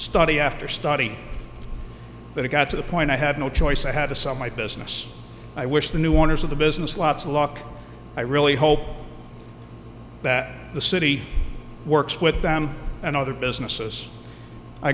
study after study but it got to the point i had no choice i had a son my business i wish the new owners of the business lots of luck i really hope that the city works with them and other businesses i